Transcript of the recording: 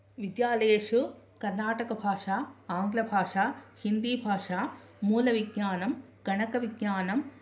विद्यालयेषु कर्नाटकभाषा आङ्ग्लभाषा हिन्दीभाषा मूलविज्ञानं गणकविज्ञानं